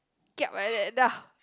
kiap like that